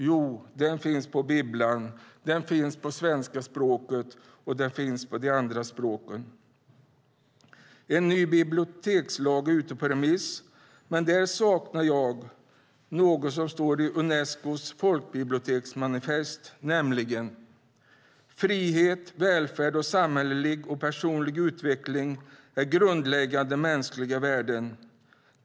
Jo, den finns på bibblan, och man kan läsa den på svenska språket och på alla de andra språken. En ny bibliotekslag är ute på remiss. Där saknar jag något som står i Unescos folkbiblioteksmanifest, nämligen att frihet, välfärd och samhällelig och personlig utveckling är grundläggande mänskliga värden.